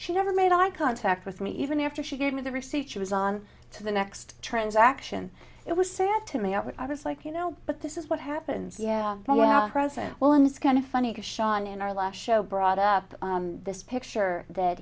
she never made eye contact with me even after she gave me the receipt she was on to the next transaction it was said to me i would i was like you know but this is what happens yeah yeah well i was kind of funny because sean in our last show brought up this picture that